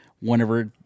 whenever